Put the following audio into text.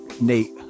Nate